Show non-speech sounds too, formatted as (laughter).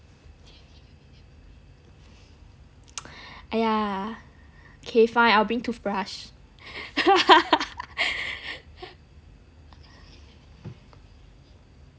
(noise) K fine I'll bring toothbrush (laughs)